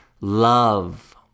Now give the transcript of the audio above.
love